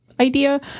idea